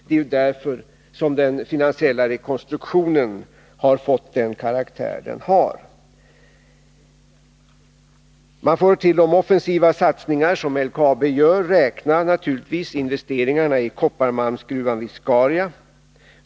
Det är därför som den finansiella rekonstruktionen har fått den karaktär som den har. Till de offensiva satsningar som LKAB nu genomför får man naturligtvis räkna investeringen i kopparmalmsgruvan Viscaria.